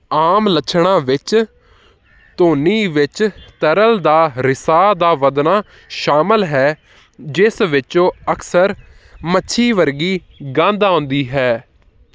ਆਮ ਲੱਛਣਾਂ ਵਿੱਚ ਧੁਨੀ ਵਿੱਚ ਤਰਲ ਦਾ ਰਿਸਾਅ ਦਾ ਵਧਣਾ ਸ਼ਾਮਲ ਹੈ ਜਿਸ ਵਿੱਚੋਂ ਅਕਸਰ ਮੱਛੀ ਵਰਗੀ ਗੰਧ ਆਉਂਦੀ ਹੈ